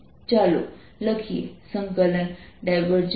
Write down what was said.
r ≥ R માટે R24π0 cosr RsinddR330 cosθr2 છે